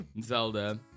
Zelda